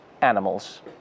animals